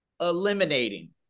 eliminating